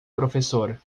professor